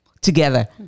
together